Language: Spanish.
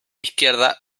izquierda